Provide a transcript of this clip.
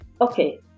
okay